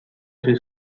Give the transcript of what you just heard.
suoi